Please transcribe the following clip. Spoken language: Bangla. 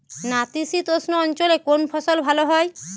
নাতিশীতোষ্ণ অঞ্চলে কোন ফসল ভালো হয়?